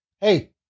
Hey